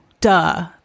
duh